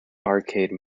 arcade